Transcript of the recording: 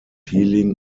healing